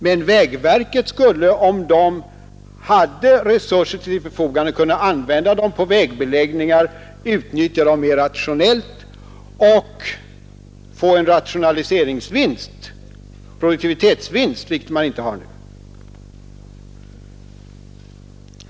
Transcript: Men vägverket skulle, om det hade resurser till sitt förfogande, kunna använda arbetarna för vägbeläggningar, utnyttja dem mer rationellt och få en produktivitetsvinst, vilket man inte har möjlighet till nu.